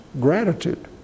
gratitude